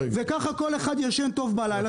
וככה כל אחד ישן טוב בלילה